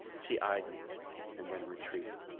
she eyed me and then retreated.